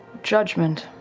judgment